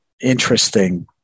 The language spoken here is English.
interesting